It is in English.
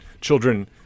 children